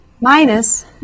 minus